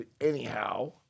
anyhow